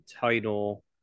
title